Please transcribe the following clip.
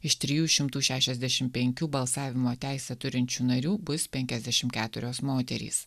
iš trijų šimtų šešiasdešim penkių balsavimo teisę turinčių narių bus penkiasdešim keturios moterys